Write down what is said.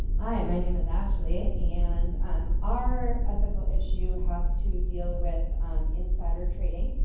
hi my name is ashley. and um our ethical issue has to deal with insider trading.